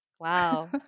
wow